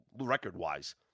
record-wise